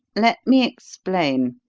let me explain.